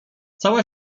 cała